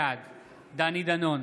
בעד דני דנון,